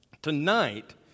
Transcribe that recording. Tonight